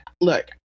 look